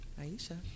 Aisha